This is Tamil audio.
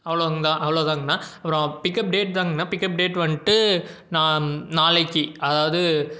அவ்வளோங்தான் அவ்வளோதாங்கண்ணா அப்புறோம் பிக்கப் டேட் தாங்கண்ணா பிக்கப் டேட் வந்துட்டு நான் நாளைக்கு அதாவது